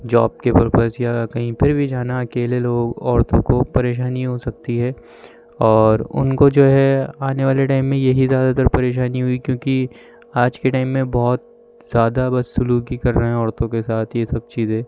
job کے purpose یا کہیں پر بھی جانا اکیلے لوگ عورتوں کو پریشانی ہو سکتی ہے اور ان کو جو ہے آنے والے ٹائم میں یہی زیادہ تر پریشانی ہوئی کیونکہ آج کے ٹائم میں بہت زیادہ بد سلوکی کر رہے ہیں عورتوں کے ساتھ یہ سب چیزیں